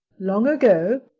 long ago,